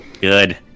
Good